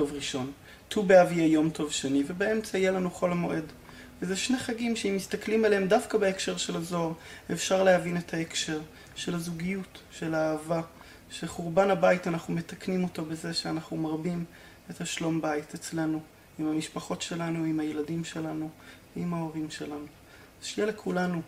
טוב ראשון, ט"ו באב יהיה יום טוב שני ובאמצע יהיה לנו חול המועד וזה שני חגים שאם מסתכלים עליהם דווקא בהקשר של הזוהר אפשר להבין את ההקשר של הזוגיות, של האהבה שחורבן הבית אנחנו מתקנים אותו בזה שאנחנו מרבים את השלום בית אצלנו עם המשפחות שלנו, עם הילדים שלנו, עם האוהבים שלנו. אז שיהיה לכולנו